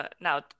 Now